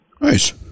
Nice